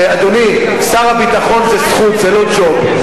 אדוני, שר הביטחון זה זכות, זה לא ג'וב.